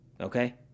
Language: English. Okay